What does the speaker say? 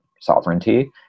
sovereignty